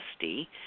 dusty